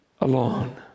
alone